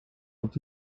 und